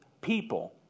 people